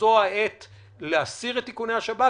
שזאת העת להסיר את איכוני השב"כ.